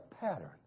pattern